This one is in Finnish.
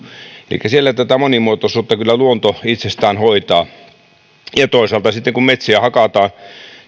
elikkä siellä tätä monimuotoisuutta kyllä luonto itsestään hoitaa ja toisaalta sitten kun metsiä hakataan niin